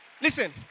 listen